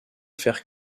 faire